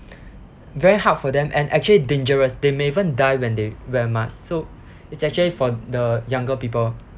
very hard for them and actually dangerous they may even die when they wear mask so it's actually for the younger people